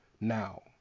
Now